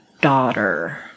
daughter